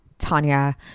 tanya